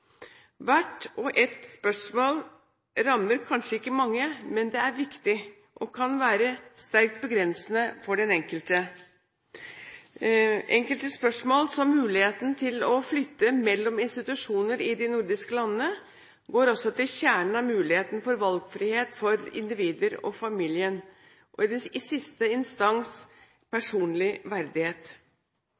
Hvert enkelt spørsmål rammer kanskje ikke mange, men er viktig og kan være sterkt begrensende for den enkelte. Enkelte spørsmål, som muligheten til å flytte mellom institusjoner i de nordiske landene, går også til kjernen av muligheten for valgfrihet for individer og familien og i siste instans på personlig verdighet.